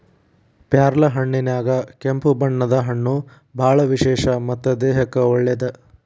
ಪ್ಯಾರ್ಲಹಣ್ಣಿನ್ಯಾಗ ಕೆಂಪು ಬಣ್ಣದ ಹಣ್ಣು ಬಾಳ ವಿಶೇಷ ಮತ್ತ ದೇಹಕ್ಕೆ ಒಳ್ಳೇದ